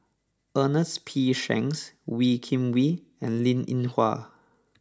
Ernest P Shanks Wee Kim Wee and Linn In Hua